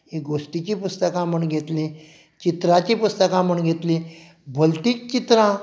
ही गोष्टीची पुस्तकां म्हूण घेतलीं चित्रांचीं पुस्तकां म्हूण घेतलीं बल्तींच चित्रां